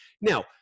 Now